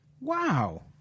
Wow